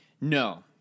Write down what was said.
No